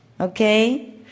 Okay